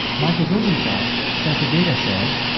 michael rosenfeld says the data shows.